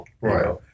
Right